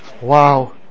Wow